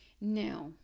Now